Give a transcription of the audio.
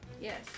Yes